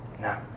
No